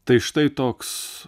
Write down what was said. tai štai toks